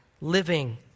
living